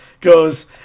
goes